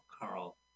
Carl